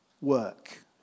work